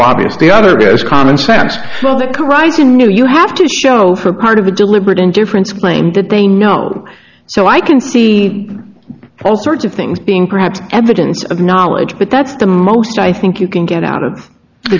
knew you have to show for part of a deliberate indifference claimed that they know so i can see all sorts of things being perhaps evidence of knowledge but that's the most i think you can get out of the